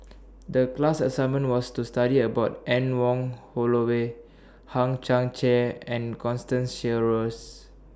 The class assignment was to study about Anne Wong Holloway Hang Chang Chieh and Constance Sheares